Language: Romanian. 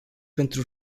pentru